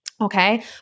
Okay